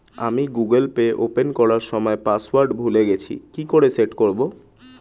আমি Google Pay open করার সময় পাসওয়ার্ড ভুলে গেছি কি করে সেট করব?